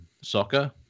soccer